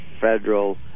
federal